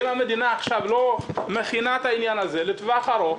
אם המדינה עכשיו לא מכינה את העניין הזה לטווח ארוך,